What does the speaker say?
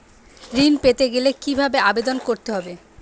ঋণ পেতে গেলে কিভাবে আবেদন করতে হবে?